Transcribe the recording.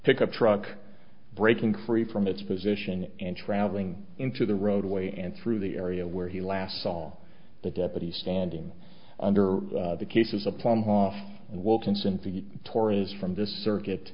pickup truck breaking free from its position and traveling into the roadway and through the area where he last saw the deputy standing under the cases aplomb hoff and wilkinson for the torres from this circuit